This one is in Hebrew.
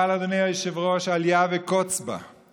אבל, אדוני היושב-ראש, אליה וקוץ בה.